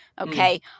Okay